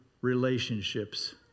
relationships